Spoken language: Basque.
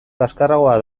kaxkarragoa